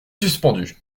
suspendue